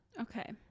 Okay